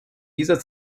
dieser